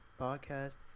Podcast